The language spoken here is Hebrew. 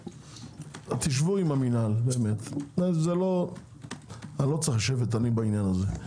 תשבו עם המינהל, אני לא צריך לשבת בעניין הזה,